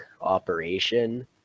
operation